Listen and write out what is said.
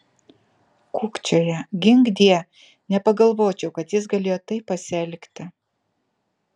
kukčioja ginkdie nepagalvočiau kad jis galėjo taip pasielgti